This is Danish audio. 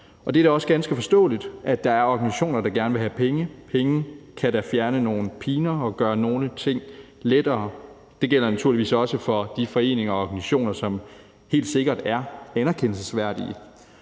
Det er da også ganske forståeligt, at der er organisationer, der gerne vil have penge – penge kan da fjerne nogle piner og gøre nogle ting lettere. Det gælder naturligvis også for de foreninger og organisationer, som helt sikkert er anerkendelsesværdige.